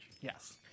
Yes